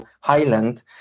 Highland